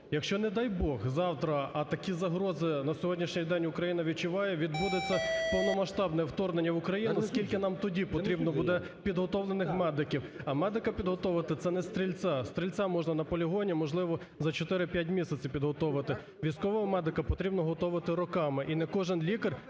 якщо, не дай Бог, завтра, а такі загрози на сьогоднішній день Україна відчуває, відбудеться повномасштабне вторгнення в Україну, скільки нам тоді потрібно буде підготовлених медиків, а медика підготовити це не стрільця. Стрільця можна на полігоні, можливо, за 4-5 місяців підготовити, військового медика потрібно готовити роками, і не кожний лікар